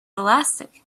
elastic